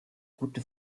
gute